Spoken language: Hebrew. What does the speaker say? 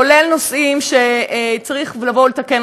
כולל נושאים שצריך לתקן,